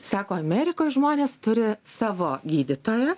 sako amerikos žmonės turi savo gydytoją